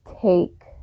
take